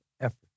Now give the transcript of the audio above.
effort